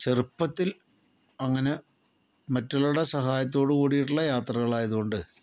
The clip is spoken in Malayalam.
ചെറുപ്പത്തിൽ അങ്ങനെ മറ്റുള്ളവരുടെ സഹായത്തോടു കൂടിട്ടുള്ള യാത്രകളായത് കൊണ്ട്